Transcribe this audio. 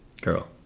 Girl